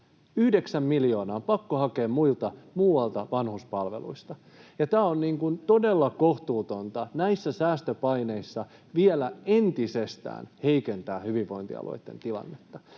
miljoonaa on pakko hakea muualta vanhuspalveluista, ja on todella kohtuutonta näissä säästöpaineissa vielä entisestään heikentää hyvinvointialueitten tilannetta.